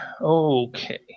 Okay